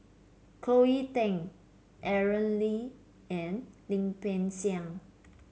Cleo Thang Aaron Lee and Lim Peng Siang